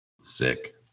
Sick